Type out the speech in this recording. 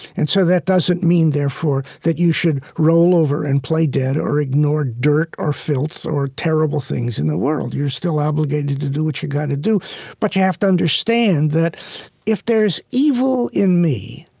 and so that doesn't mean, therefore, that you should roll over and play dead or ignore dirt or filth or terrible things in the world. you're still obligated to do what you've got to do but you have to understand that if there's evil in me,